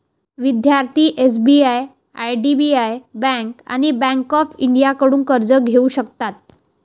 विद्यार्थी SBI IDBI bank आणि bank of इंडियाकडून कर्ज घेऊ शकतात